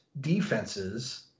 defenses